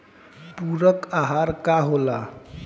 पुरक अहार का होला?